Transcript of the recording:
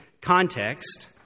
context